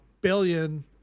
billion